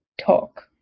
talk